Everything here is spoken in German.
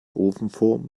ofenform